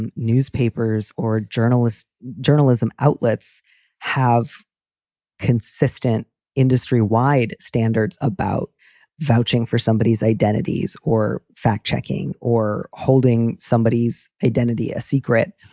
and newspapers or journalists, journalism outlets have consistent industry wide standards about vouching for somebody's identities or fact checking or holding somebody's identity a secret.